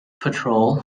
patrol